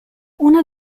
una